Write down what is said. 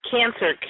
Cancer